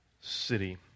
city